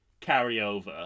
carryover